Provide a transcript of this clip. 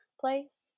place